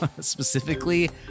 specifically